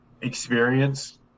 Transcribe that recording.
experience